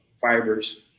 fibers